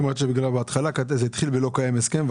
את אומרת שבהתחלה זה התחיל בלא קיים הסכם,